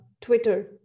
Twitter